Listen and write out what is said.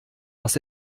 was